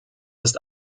ist